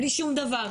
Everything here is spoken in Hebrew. בלי שום דבר,